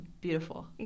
beautiful